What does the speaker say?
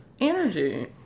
Energy